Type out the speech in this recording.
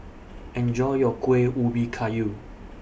Enjoy your Kuih Ubi Kayu